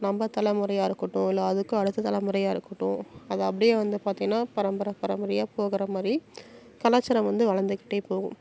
நம்ம தலைமுறையாக இருக்கட்டும் இல்லை அதுக்கும் அடுத்த தலைமுறையாக இருக்கட்டும் அது அப்படியே வந்து பார்த்திங்கன்னா பரம்பரை பரம்பரையாக போற மாதிரி கலாச்சாரம் வந்து வளர்ந்துக்கிட்டே போகும்